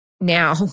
Now